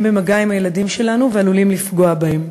במגע עם הילדים שלנו ועלולים לפגוע בהם.